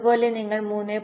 അതുപോലെ നിങ്ങൾ 3